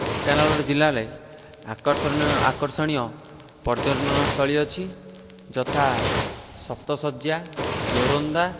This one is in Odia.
ଢେଙ୍କାନାଳ ଜିଲ୍ଲାରେ ଆକର୍ଷଣୀୟ ଆକର୍ଷଣୀୟ ପର୍ଯ୍ୟଟନ ସ୍ଥଳୀ ଅଛି ଯଥା ସପ୍ତଶଯ୍ୟା ଯୋରନ୍ଦା